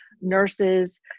nurses